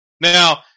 Now